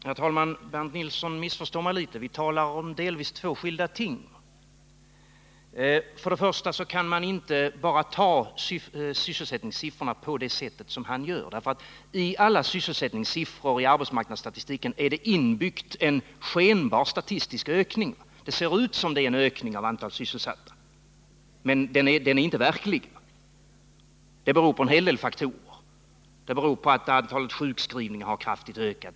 Herr talman! Bernt Nilsson missförstår mig litet. Vi talar om delvis två skilda ting. Först och främst kan man inte bara ta sysselsättningssiffrorna på det sätt som Bernt Nilsson gör. I alla sysselsättningssiffror i arbetsmarknadsstatistiken är det inbyggt en skenbar statistisk ökning. Det ser ut som om det är en ökning av antalet sysselsatta, men den är inte verklig. Det beror på en hel del faktorer. Det beror på att antalet sjukskrivningar har kraftigt ökat.